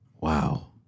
Wow